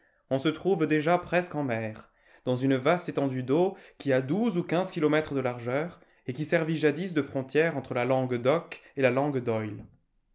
on se trouve déjà presque en mer dans une vaste étendue d'eau qui a douze ou quinze kilomètres de largeur et qui servit jadis de frontière entre la langue d'oc et la langue d'oïl